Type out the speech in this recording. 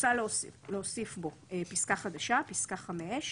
מוצע להוסיף בו פסקה חדשה, פסקה (5).